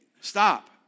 stop